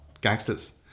gangsters